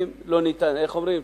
איך אומרים?